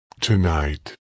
tonight